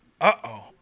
Uh-oh